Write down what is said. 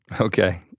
Okay